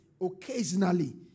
occasionally